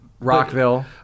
Rockville